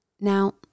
Now